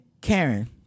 Karen